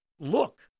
look